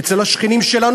אצל השכנים שלנו,